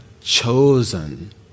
chosen